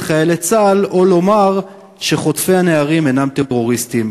חיילי צה"ל או לומר שחוטפי הנערים אינם טרוריסטים.